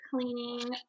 cleaning